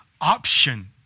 option